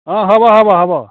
হ'ব হ'ব হ'ব